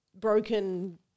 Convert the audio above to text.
broken